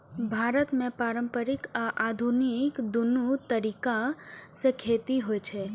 भारत मे पारंपरिक आ आधुनिक, दुनू तरीका सं खेती होइ छै